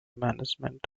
management